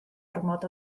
ormod